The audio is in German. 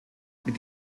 mit